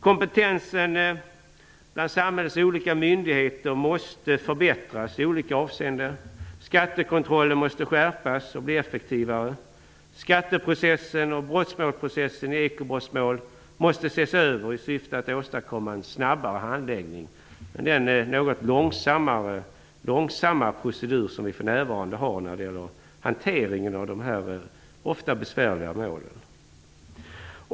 Kompetensen bland samhällets olika myndigheter måste förbättras i olika avseenden. Skattekontrollen måste skärpas och bli effektivare. Skatteprocessen och brottmålsprocessen i ekobrottmål måste ses över i syfte att åstadkomma en snabbare handläggning än den något långsamma procedur som vi för närvarande har när det gäller hanteringen av de här ofta besvärliga målen.